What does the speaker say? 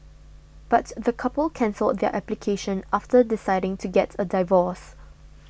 but the couple cancelled their application after deciding to get a divorce